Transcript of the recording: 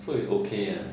so is okay ah